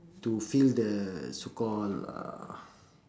to feel the so called uh